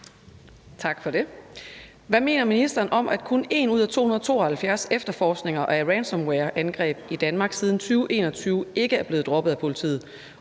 Kastbjerg (DD): Hvad mener ministeren om, at kun én ud af 272 efterforskninger af ransomewareangreb i Danmark siden 2021 ikke er blevet droppet af politiet,